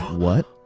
what?